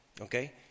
Okay